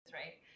right